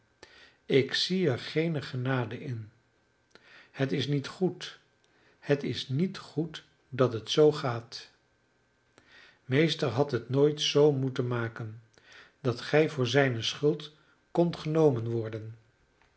ik zie er geene genade in het is niet goed het is niet goed dat het zoo gaat meester had het nooit zoo moeten maken dat gij voor zijne schuld kondt genomen worden